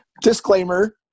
Disclaimer